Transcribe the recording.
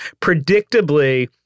predictably